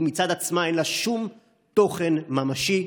ומצד עצמה אין לה שום תוכן ממשי.